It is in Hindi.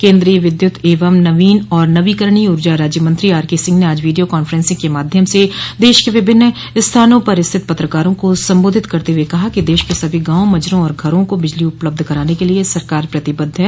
केन्द्रीय विद्युत एवं नवीन और नवीकरणीय ऊर्जा राज्यमंत्री आरकेसिंह ने आज वीडियो कांफ्रेंसिंग के माध्यम से देश के विभिन्न स्थानों पर स्थित पत्रकारों को संबोधित करते हुए कहा कि देश के सभी गांव मजरों और घरों को बिजली उपलब्ध कराने के लिए सरकार प्रतिबद्ध है